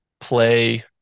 play